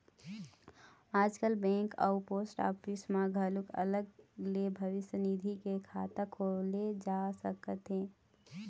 आजकाल बेंक अउ post office म घलोक अलगे ले भविस्य निधि के खाता खोलाए जा सकत हे